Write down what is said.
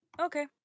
Okay